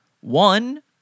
one